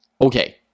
Okay